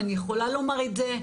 אני יכולה לומר את זה,